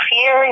Fear